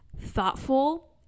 thoughtful